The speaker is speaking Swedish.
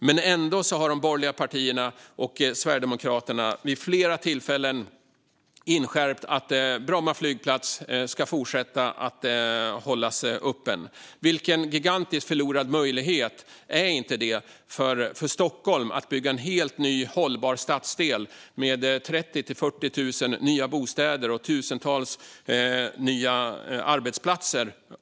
Men ändå har de borgerliga partierna och Sverigedemokraterna vid flera tillfällen inskärpt att Bromma flygplats ska fortsätta att hållas öppen. Vilken gigantisk förlorad möjlighet är inte det för Stockholm! Här skulle man kunna bygga en helt ny hållbar stadsdel med 30 000-40 000 nya bostäder och tusentals nya arbetsplatser.